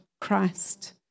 Christ